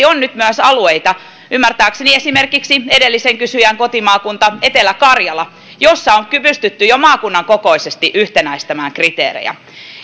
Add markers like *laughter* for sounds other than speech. *unintelligible* on nyt myös alueita ymmärtääkseni esimerkiksi edellisen kysyjän kotimaakunta etelä karjala missä on pystytty jo maakunnan kokoisesti yhtenäistämään kriteerejä